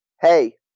hey